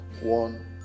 one